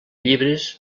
llibres